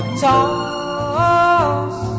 toss